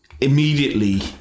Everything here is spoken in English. immediately